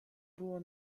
było